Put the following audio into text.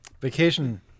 vacation